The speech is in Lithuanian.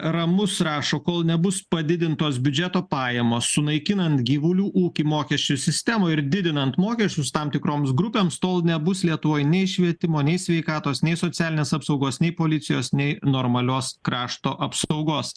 ramus rašo kol nebus padidintos biudžeto pajamos sunaikinant gyvulių ūkį mokesčių sistemą ir didinant mokesčius tam tikroms grupėms tol nebus lietuvoj nei švietimo nei sveikatos nei socialinės apsaugos nei policijos nei normalios krašto apsaugos